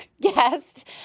guest